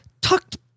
tucked